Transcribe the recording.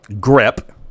grip